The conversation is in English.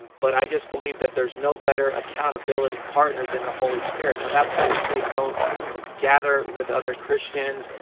but i just believe that there's no better accountability partner than the holy spirit. now and that's not to say, don't gather with other christians,